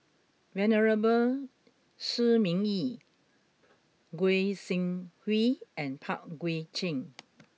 Venerable Shi Ming Yi Goi Seng Hui and Pang Guek Cheng